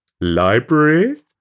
Library